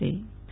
Nehal Thakkar